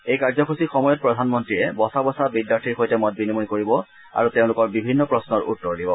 এই কাৰ্যসূচীৰ সময়ত প্ৰধানমন্ত্ৰীয়ে বচা বচা বিদ্যাৰ্থীৰ সৈতে মত বিনিময় কৰিব আৰু তেওঁলোকৰ বিভিন্ন প্ৰশ্নৰ উত্তৰ দিব